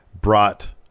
brought